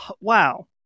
Wow